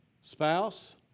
spouse